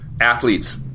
athletes